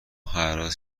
حراج